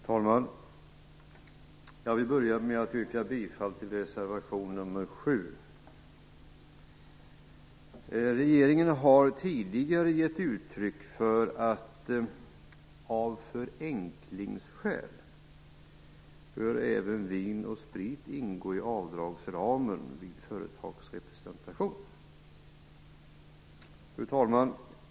Fru talman! Jag vill börja med att yrka bifall till reservation nr 7. Regeringen har tidigare givit uttryck för uppfattningen att även vin och sprit av förenklingsskäl bör ingå i avdragsramen vid företagsrepresentation. Fru talman!